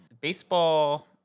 Baseball